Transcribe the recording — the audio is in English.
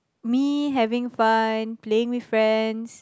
me having fun playing with friends